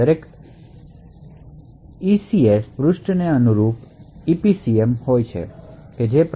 દરેક ECS page ને અનુરૂપ EPCM એન્ટ્રી હોય છે જે ઇ